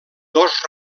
dos